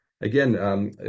Again